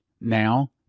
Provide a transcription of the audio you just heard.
Now